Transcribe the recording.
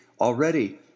already